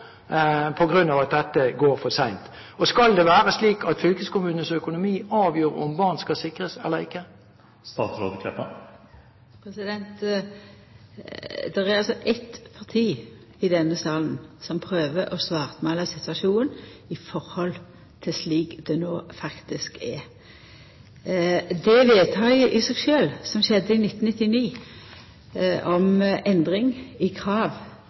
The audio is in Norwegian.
dette går for sent? Og skal det være slik at fylkeskommunenes økonomi avgjør om barn sikres eller ikke? Det er altså eitt parti i denne salen som prøver å svartmåla situasjonen i forhold til slik det no faktisk er. Vedtaket i seg sjølv, som skjedde i 1999, om endring i krav